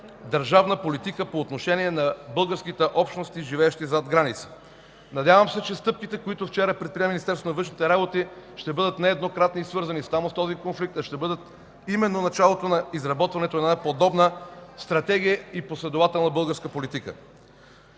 държавна политика по отношение на българските общности, живеещи зад граница. Надявам се, че стъпките, които вчера предприе Министерството на външните работи, ще бъдат нееднократни и свързани не само с този конфликт, а и ще бъдат именно началото на изработването на подобна стратегия и последователна българска политика.